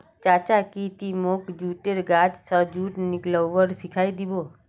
चाचा की ती मोक जुटेर गाछ स जुट निकलव्वा सिखइ दी बो